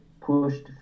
pushed